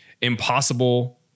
impossible